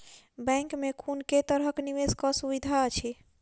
Bank मे कुन केँ तरहक निवेश कऽ सुविधा अछि?